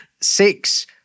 six